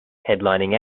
headlining